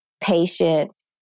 patience